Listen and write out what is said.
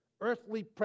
earthly